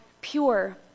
pure